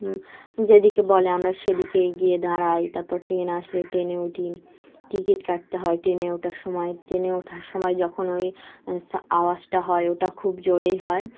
যেদিকে বলে আমরা সেদিকে গিয়ে দাঁড়াই তারপর ট্রেনে আসলে ট্রেনে উঠি টিকিট কাটতে হয় ট্রেনে ওঠার সময় ট্রেনে ওঠার সময় যখন ওই আওয়াজটা হয় ওটা খুব জোরেই হয়